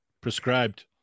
Prescribed